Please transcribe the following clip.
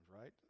right